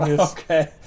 Okay